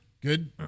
Good